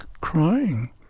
crying